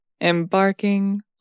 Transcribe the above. embarking